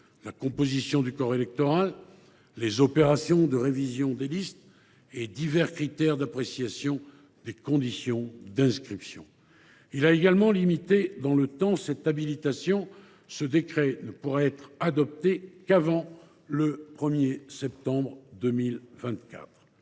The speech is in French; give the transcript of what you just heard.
la composition du corps électoral, les opérations de révision des listes et divers critères d’appréciation des conditions d’inscription. Il a également limité dans le temps cette habilitation : ce décret ne pourra être adopté qu’avant le 1 septembre 2024.